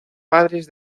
padres